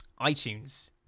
iTunes